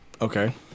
Okay